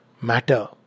matter